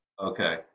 Okay